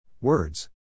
Words